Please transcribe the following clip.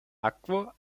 akvo